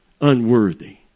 unworthy